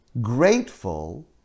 grateful